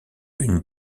une